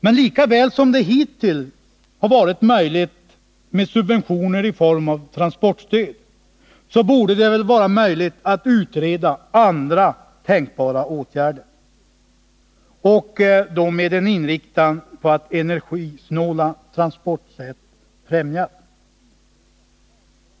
Men lika väl som det har varit möjligt med subventioner i form av transportstöd, borde det vara möjligt att utreda andra tänkbara åtgärder, och då med en inriktan att främja energisnåla transportsätt.